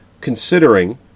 considering